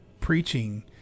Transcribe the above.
preaching